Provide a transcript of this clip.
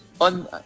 on